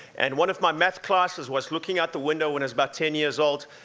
and one of my math classes was looking out the window when i was about ten years old,